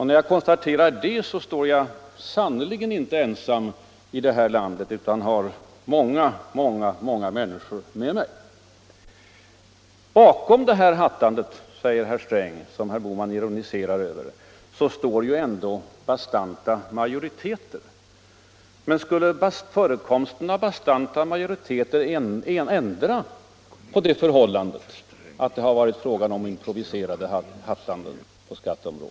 När jag konstaterar det står jag sannerligen inte ensam i detta land utan har många människor med mig. Bakom detta hattande som herr Bohman ironiserar över, säger herr Sträng, står ändå bastanta majoriteter. Men skulle förekomsten av bastanta majoriteter ändra på det förhållandet att det har varit fråga om improviserade hattanden?